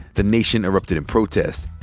the nation erupted in protest,